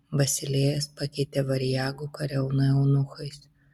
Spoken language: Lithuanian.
basilėjas pakeitė variagų kariauną eunuchais